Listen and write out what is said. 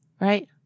Right